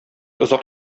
озак